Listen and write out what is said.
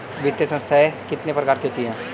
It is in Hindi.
वित्तीय संस्थाएं कितने प्रकार की होती हैं?